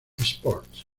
sports